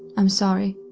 i'm sorry.